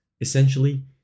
essentially